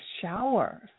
shower